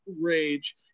rage